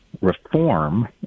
reform